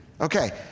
Okay